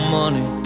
money